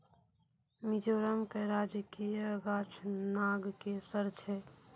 मिजोरम के राजकीय गाछ नागकेशर छै